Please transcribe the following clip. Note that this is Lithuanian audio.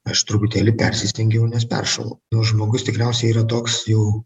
aš truputėlį persistengiau nes peršalau nu žmogus tikriausiai yra toks jau